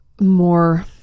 more